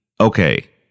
okay